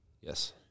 Yes